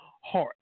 heart